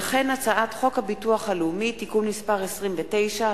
הצעת חוק הביטוח הלאומי (תיקון מס' 29),